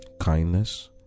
kindness